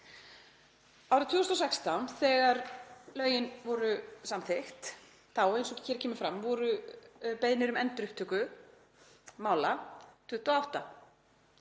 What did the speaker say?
Árið 2016, þegar lögin voru samþykkt, eins og hér kemur fram, voru beiðnir um endurupptöku mála 28.